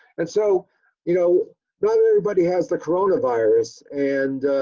and so you know not everybody has the corona virus and